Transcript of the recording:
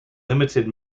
limited